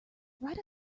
write